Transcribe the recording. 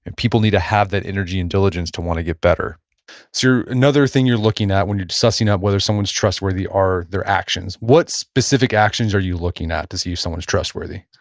and people need to have that energy and diligence to want to get better so, another thing you're looking at when you're sussing up whether someone's trustworthy are their actions. what specific actions are you looking at to see if someone's trustworthy?